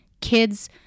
kids